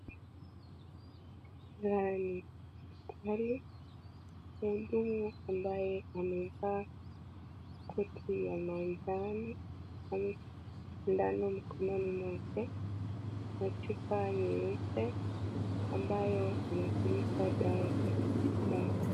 Mandhari ni ya hospitali. Mhudumu ambaye amevaa koti ya manjano. Ameshika sindano mkononi mwake na chupa nyeupe ambayo imetumika kubeba dawa ndani.